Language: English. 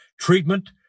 treatment